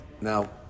Now